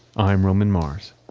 i'm roman mars.